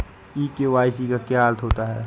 ई KYC का क्या अर्थ होता है?